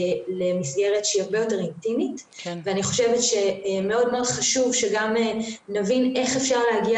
למסגרת שהיא הרבה אינטימית ואני חושבת מאוד חשוב שגם נבין איך אפשר להגיע